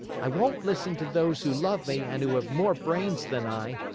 i won't listen to those who love me and who have more brains than i.